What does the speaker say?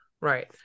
Right